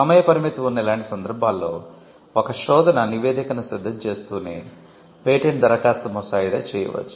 సమయ పరిమితి ఉన్న ఇలాంటి సందర్భాల్లో ఒక శోధన నివేదికను సిద్ధం చేస్తూనే పేటెంట్ దరఖాస్తు ముసాయిదా చేయవచ్చు